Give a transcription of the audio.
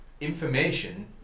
information